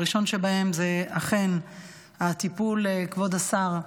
הראשון שבהם הוא אכן הטיפול, כבוד השר,